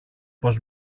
πως